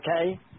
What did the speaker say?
Okay